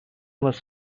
was